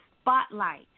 spotlight